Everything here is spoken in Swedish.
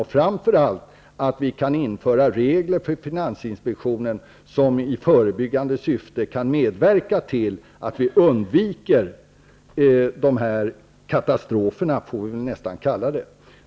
Det är viktigt att vi kan införa regler för finansinspektionen som kan medverka i förebyggande syfte till att vi undviker dessa katastrofer. Vi får väl nästan kalla det för katastrofer.